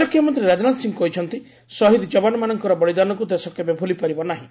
ପ୍ରତିରକ୍ଷାମନ୍ତ୍ରୀ ରାଜନାଥ ସିଂହ କହିଛନ୍ତି ସହିଦ ଜବାନମାନଙ୍କର ବଳିଦାନକ୍ ଦେଶ କେବେ ଭ୍ତଲିପାରିବ ନାହିଁ